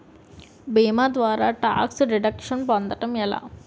భీమా ద్వారా tax deduction పొందటం ఎలా?